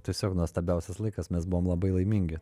tiesiog nuostabiausias laikas mes buvom labai laimingi